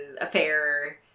affair